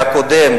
והקודם,